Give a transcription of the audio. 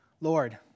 Lord